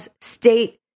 state